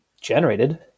generated